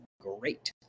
great